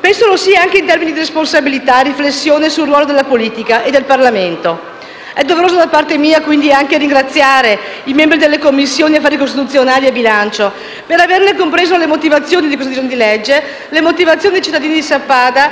penso lo sia anche in termini di responsabilità e di riflessione sul ruolo della politica e del Parlamento. È quindi doveroso da parte mia anche ringraziare i membri delle Commissioni affari costituzionali e bilancio per aver compreso le motivazioni del disegno di legge in esame e dei cittadini di Sappada.